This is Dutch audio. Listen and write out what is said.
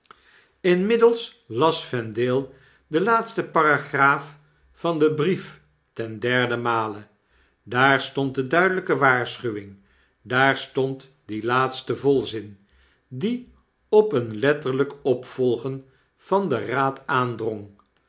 inmiddels las vendale de laatste paragraaf van den brief ten derden male daar stond de duidelyke waarschuwing daar stond die laatste volzin die op een letterlyk opvolgen van den raad aandrong